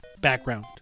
background